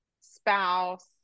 spouse